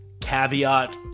caveat